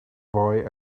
boy